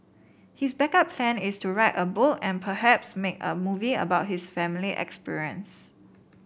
his backup plan is to write a book and perhaps make a movie about his family experience